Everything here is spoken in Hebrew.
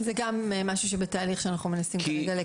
זה גם משהו בתהליך שאנחנו מנסים כרגע לקדם.